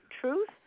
truth